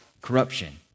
Corruption